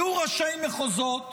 היו ראשי מחוזות